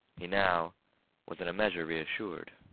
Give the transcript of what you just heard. he now was in a measure reassured.